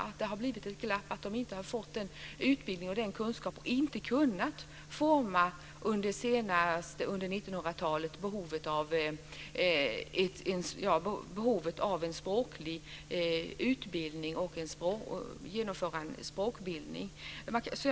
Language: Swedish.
Man har inte fått sådan utbildning och kunskap och har under 1900-talet inte kunnat tillgodose behovet av en språkutbildning och skapa en språkbildning.